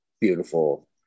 beautiful